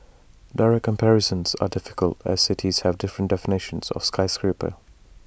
direct comparisons are difficult as cities have different definitions of skyscraper